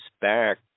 back